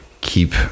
keep